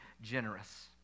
generous